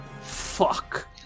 fuck